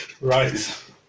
Right